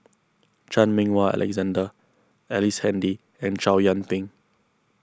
Chan Meng Wah Alexander Ellice Handy and Chow Yian Ping